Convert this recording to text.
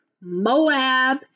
Moab